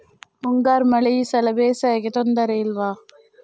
ಮುಂಗಾರು ಮಳೆ ಈ ಸಲ ಬೇಸಾಯಕ್ಕೆ ತೊಂದರೆ ಇಲ್ವ?